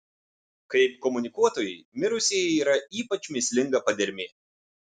kaip komunikuotojai mirusieji yra ypač mįslinga padermė